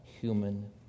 human